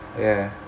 ya